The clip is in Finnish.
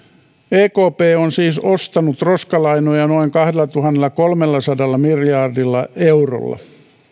ekp on siis ostanut roskalainoja noin kahdellatuhannellakolmellasadalla miljardilla eurolla